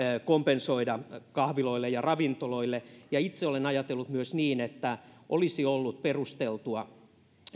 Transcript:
kompensoida kahviloille ja ravintoloille ja itse olen ajatellut myös niin että olisi ollut perusteltua